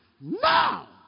now